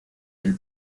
del